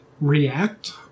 react